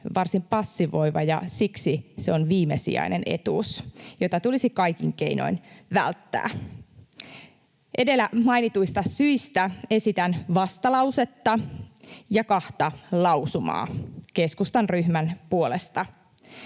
varsin passivoiva, ja siksi se on viimesijainen etuus, jota tulisi kaikin keinoin välttää. Edellä mainituista syistä esitän vastalausetta ja kahta lausumaa keskustan ryhmän puolesta,